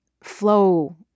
flow